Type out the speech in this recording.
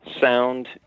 sound